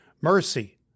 Mercy